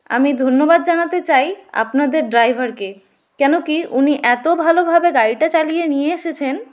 আমি ধন্যবাদ জানাতে চাই আপনাদের ড্রাইভারকে কেন কি উনি এতো ভালোভাবে গাড়িটা চালিয়ে নিয়ে এসেছেন